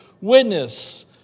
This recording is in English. witness